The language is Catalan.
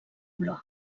blois